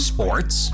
Sports